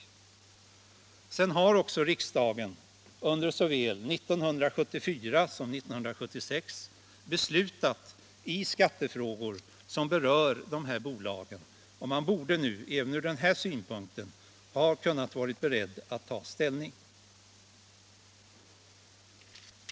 Riksdagen har också under såväl 1974 som 1976 beslutat i skattefrågor som berör de här bolagen, och man borde nu, även från denna synpunkt, varit beredd att ta ställning.